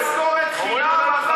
תנו לו לדבר.